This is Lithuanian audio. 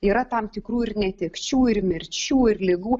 yra tam tikrų ir netekčių ir mirčių ir ligų